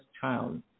child